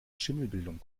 schimmelbildung